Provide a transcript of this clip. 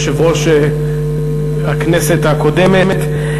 יושב-ראש הכנסת הקודמת.